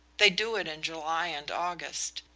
they do it in july and august,